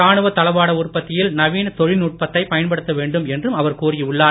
ராணுவ தளவாட உற்பத்தியில் நவீன தொழில்நுட்பத்தை பயன்படுத்த வேண்டும் என்றும் அவர் கூறி உள்ளார்